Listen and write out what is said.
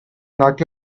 not